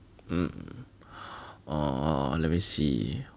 mm err let me see